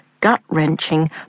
gut-wrenching